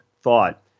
thought